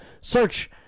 search